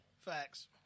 Facts